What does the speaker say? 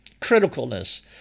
criticalness